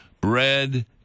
bread